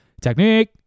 Technique